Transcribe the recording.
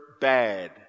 bad